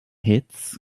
hits